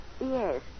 Yes